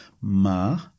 ma